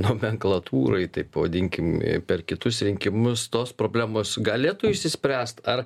nomenklatūrai taip pavadinkim per kitus rinkimus tos problemos galėtų išsispręst ar